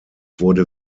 wurde